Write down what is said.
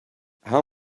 how